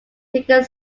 taking